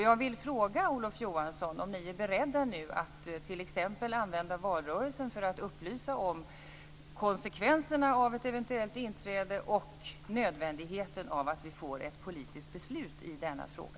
Jag vill fråga Olof Johansson om ni är beredda att t.ex. använda valrörelsen för att upplysa om konsekvenserna av ett eventuellt inträde och nödvändigheten av att vi får ett politiskt beslut i denna fråga.